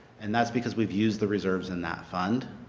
and that is because we have use the reserves in that fund.